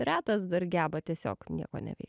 retas dar geba tiesiog nieko neveikt